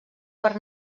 per